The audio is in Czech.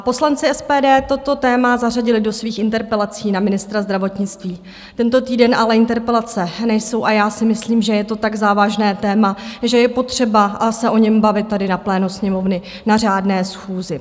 Poslanci SPD toto téma zařadili do svých interpelací na ministra zdravotnictví, tento týden ale interpelace nejsou a já si myslím, že je to tak závažné téma, že je potřeba se o něm bavit tady na plénu Sněmovny na řádné schůzi.